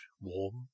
warm